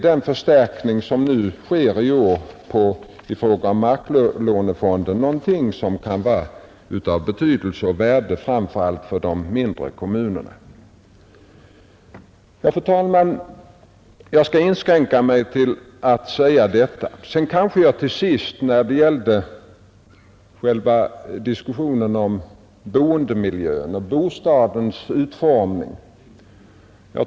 Den förstärkning som i år sker i fråga om marklånefonden är därför av värde framför allt för de mindre kommunerna. Fru talman! Jag skall inskränka mig till att säga detta. Jag vill emellertid till sist beröra frågan om boendemiljön och bostadens utformning.